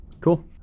cool